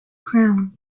crown